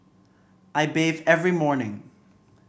I bathe every morning